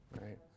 Right